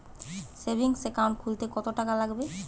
Savings account খুলতে কতটাকা লাগবে?